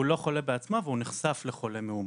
שהוא לא חולה בעצמו והוא נחשף לחולה מאומת.